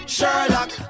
Sherlock